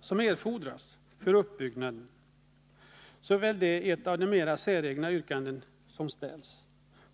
som erfordras för uppbyggnaden är väl ett av de mer säregna yrkanden som ställts här i kammaren.